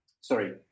sorry